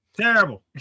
Terrible